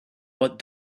but